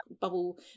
bubble